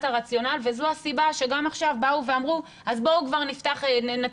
הרציונל וזו הסיבה שגם עכשיו באו ואמרו אז בואו כבר נצביע